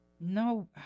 no